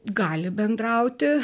gali bendrauti